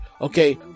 okay